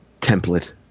template